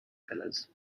pillars